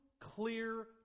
clear